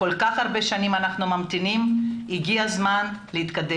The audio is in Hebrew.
כל כך הרבה שנים אנחנו ממתינים והגיע הזמן להתקדם.